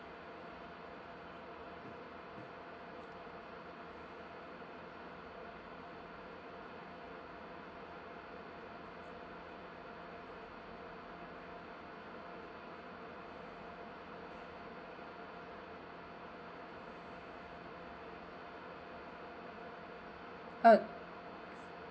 uh